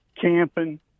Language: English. camping